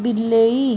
ବିଲେଇ